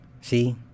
See